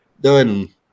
Done